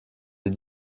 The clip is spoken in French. les